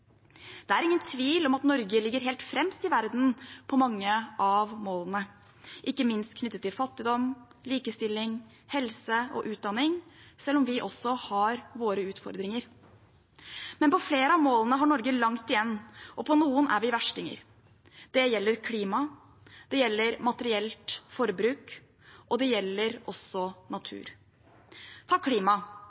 Det er ingen tvil om at Norge ligger helt fremst i verden på mange av målene, ikke minst knyttet til fattigdom, likestilling, helse og utdanning, selv om vi også har våre utfordringer. Men på flere av målene har Norge langt igjen, og på noen er vi verstinger. Det gjelder klima, det gjelder materielt forbruk, og det gjelder også natur. Ta klima: